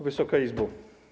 Wysoka Izbo!